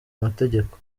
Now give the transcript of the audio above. amategeko